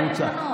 דברי חופשי.